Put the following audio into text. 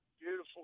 beautiful